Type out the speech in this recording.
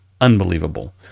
Unbelievable